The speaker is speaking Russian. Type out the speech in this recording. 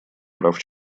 прав